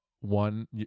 one